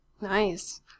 Nice